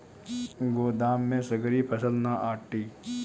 गोदाम में सगरी फसल ना आटी